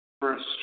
First